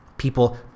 People